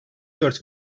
dört